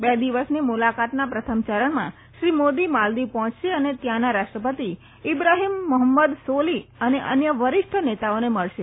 બે દિવસની મુલાકાતના પ્રથમ ચરણમાં શ્રી મોદી માલદીવ પહોચશે અને ત્યાંના રાષ્ટ્રપતિ ઈબ્રાહીમ મોહમદ સોલીહ અને અન્ય વરિષ્ઠ નેતાઓને મળશે